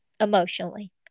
emotionally